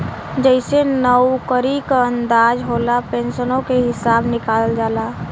जइसे नउकरी क अंदाज होला, पेन्सनो के हिसब निकालल जाला